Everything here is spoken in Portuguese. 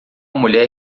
mulher